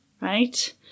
right